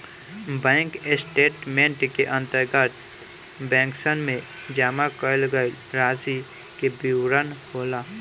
bank statement के अंतर्गत बैंकसन में जमा कईल गईल रासि के विवरण होला